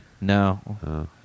No